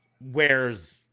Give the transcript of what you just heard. wears